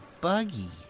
buggy